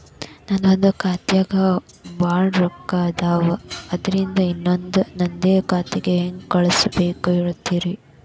ನನ್ ಒಂದ್ ಖಾತ್ಯಾಗ್ ಭಾಳ್ ರೊಕ್ಕ ಅದಾವ, ಅದ್ರಾಗಿಂದ ಇನ್ನೊಂದ್ ನಂದೇ ಖಾತೆಗೆ ಹೆಂಗ್ ಕಳ್ಸ್ ಬೇಕು ಹೇಳ್ತೇರಿ?